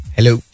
Hello